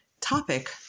topic